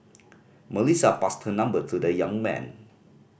Melissa passed her number to the young man